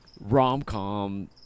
rom-com